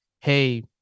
hey